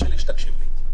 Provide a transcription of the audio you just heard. החלום שלי שתקשיב לי.